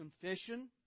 confession